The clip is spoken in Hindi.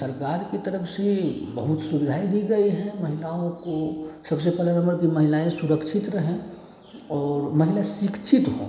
सरकार की तरफ से बहुत सुविधाएँ दी गई हैं महिलाओं को सबसे पहला नंबर कि महिलाएँ सुरक्षित रहें और महिला शिक्षित हों